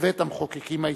בבית-המחוקקים הישראלי.